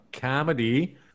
comedy